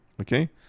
okay